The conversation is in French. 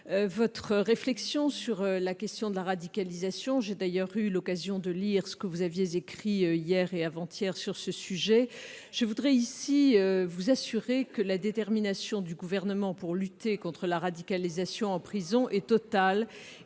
votre réflexion sur la question de la radicalisation. J'ai d'ailleurs eu l'occasion de lire ce que vous aviez écrit hier et avant-hier sur ce sujet. Je voudrais ici vous assurer que la détermination du Gouvernement pour lutter contre la radicalisation en prison est totale